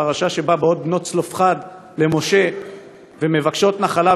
שבה באות בנות צלפחד למשה ומבקשות נחלה,